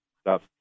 stop